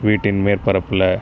வீட்டின் மேற்பரப்பில்